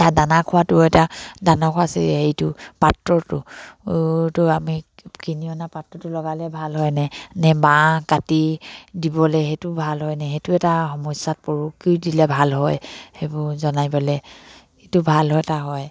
দানা খোৱাটো এটা দানা পাত্ৰটো আমি কিনি অনা পাত্ৰটো লগালে ভাল হয়নে নে কাটি দিবলে সেইটো ভাল হয়নে সেইটো এটা সমস্যাত পৰোঁ কি দিলে ভাল হয় সেইবোৰ ভাল এটা হয়